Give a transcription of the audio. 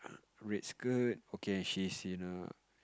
red skirt okay he's in a